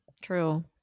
true